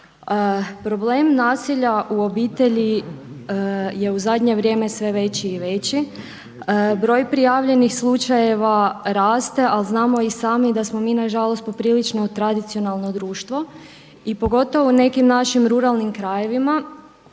Problem nasilja u obitelji je u zadnje vrijeme sve veći i veći, broj prijavljenih slučajeva raste ali znamo i sami da smo mi nažalost poprilično tradicionalno društvo i pogotovo u nekim našim ruralnim krajevima